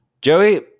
Joey